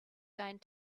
going